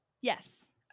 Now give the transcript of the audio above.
Yes